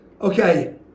okay